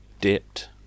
dipped